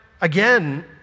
again